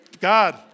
God